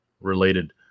related